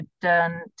done